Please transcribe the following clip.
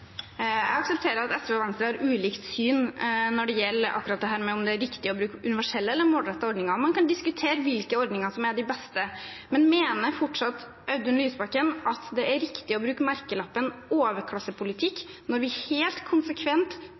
Jeg aksepterer at SV og Venstre har ulikt syn når det gjelder akkurat dette om hvorvidt det er riktig å bruke universelle eller målrettede ordninger. Man kan diskutere hvilke ordninger som er de beste. Men mener fortsatt Audun Lysbakken at det er riktig å bruke merkelappen overklassepolitikk når vi helt konsekvent